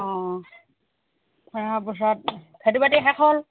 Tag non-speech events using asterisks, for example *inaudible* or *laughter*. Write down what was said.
অঁ *unintelligible* খেতি বাতি শেষ হ'ল